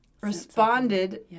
responded